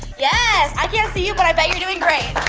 yeah, i can't see you but i bet you're doing great.